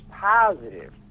positive